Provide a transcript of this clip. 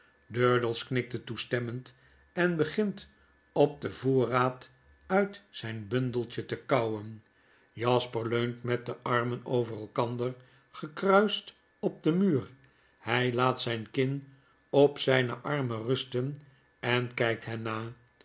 knikt toestemmend en begint op den voorraad uit zijn bundeltje te kauwen jasper leunt met de armen over elkander gekruist op den muur hy laat zijn kin op zyne armen rusten en kgkt hen na